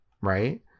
Right